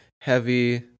heavy